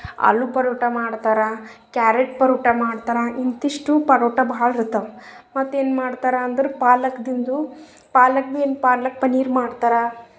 ಆಲೂ ಪರೋಟಾ ಮಾಡ್ತಾರೆ ಕ್ಯಾರೆಟ್ ಪರೋಟಾ ಮಾಡ್ತಾರೆ ಇಂತಿಷ್ಟು ಪರೋಟಾ ಭಾಳ ಇರ್ತವೆ ಮತ್ತು ಏನು ಮಾಡ್ತಾರೆ ಅಂದ್ರೆ ಪಾಲಕ್ದಿಂದ ಪಾಲಕ್ ಭಿ ಏನು ಪಾಲಕ್ ಪನೀರ್ ಮಾಡ್ತಾರೆ